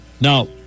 Now